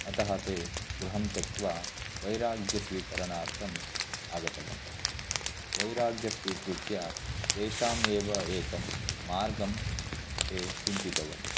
अतः ते गृहं त्यक्त्वा वैराग्यं स्वीकरणार्थम् आगतवन्तः वैराग्यस्वीकृत्य तेषाम् एव एकं मार्गं ते चिन्तितवन्तः